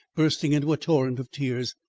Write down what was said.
bursting into a torrent of tears.